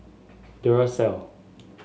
duracell